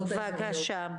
תודה.